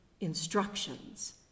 instructions